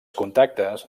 contactes